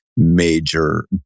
major